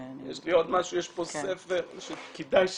יש לי עוד משהו, יש פה ספר שכדאי שתדעו,